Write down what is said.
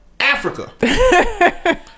Africa